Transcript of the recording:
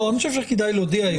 אני חושב שכדאי להודיע,